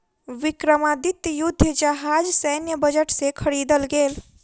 विक्रमादित्य युद्ध जहाज सैन्य बजट से ख़रीदल गेल